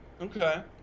Okay